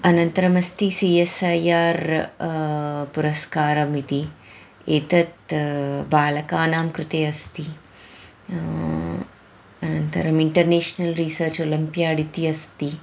अनन्तरमस्ति C S I R पुरस्कारम् इति एतत् बालकानां कृते अस्ति अनन्तरम् इण्टर्नेश्नल् रिसर्च् ओलम्पियाड् इति अस्ति